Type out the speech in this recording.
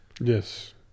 Yes